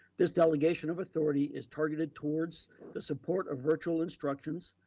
this delegation of authority is targeted towards the support of virtual instructions,